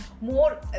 more